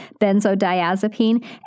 benzodiazepine